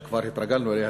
שכבר התרגלנו אליה,